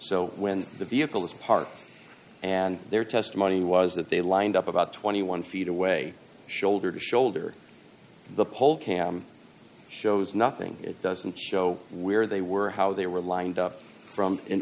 so when the vehicle was parked and their testimony was that they lined up about twenty one feet away shoulder to shoulder the poll cam shows nothing it doesn't show where they were how they were lined up from an